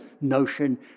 notion